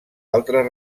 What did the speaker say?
altres